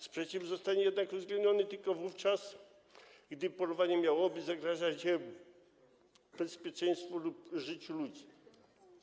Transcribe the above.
Sprzeciw zostanie jednak uwzględniony tylko wówczas, gdy polowanie miałoby zagrażać bezpieczeństwu lub życiu ludzi.